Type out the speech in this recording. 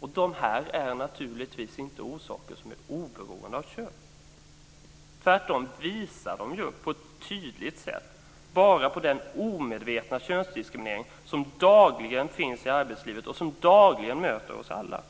Detta är naturligtvis inte orsaker som är oberoende av kön. Tvärtom visar de ju på ett tydligt sätt bara på den omedvetna könsdiskriminering som dagligen finns i arbetslivet och som dagligen möter oss alla.